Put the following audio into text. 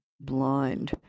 blind